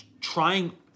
trying